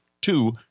two